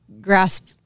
grasp